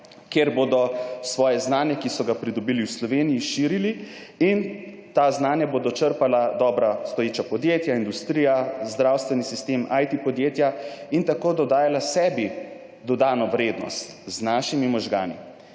kjer bodo svoje znanje, ki so ga pridobili v Sloveniji, širili in ta znanja bodo črpala dobra stoječa podjetja, industrija, zdravstveni sistem, IT podjetja in tako dodajala sebi dodano vrednost z našimi možgani.